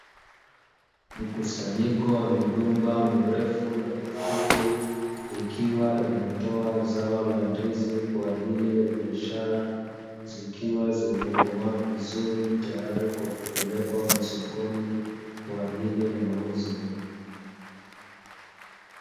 Mkusanyiko wa migomba mirefu na mifupi, ikiwa inatoa zao la ndizi kwa ajili ya biashara, zikiwa zimekomaa vizuri tayari kwa kupelekwa masokoni kwa ajili ya mauzo.